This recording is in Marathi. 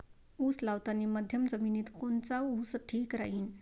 उस लावतानी मध्यम जमिनीत कोनचा ऊस ठीक राहीन?